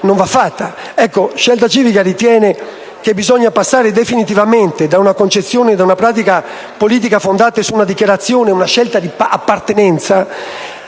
non va fatta.